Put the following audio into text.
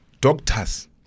Doctors